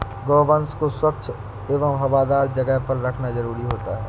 गोवंश को स्वच्छ एवं हवादार जगह पर रखना जरूरी रहता है